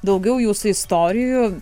daugiau jūsų istorijų